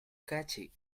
catchy